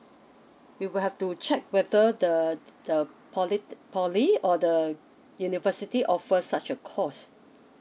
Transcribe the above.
you will have to check whether the the polite~ poly or the university offer such a course